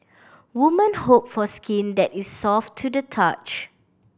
woman hope for skin that is soft to the touch